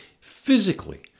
physically